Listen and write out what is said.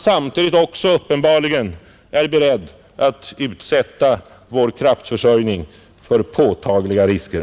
Samtidigt är man uppenbarligen beredd att utsätta vår kraftförsörjning för påtagliga risker.